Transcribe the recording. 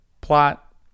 plot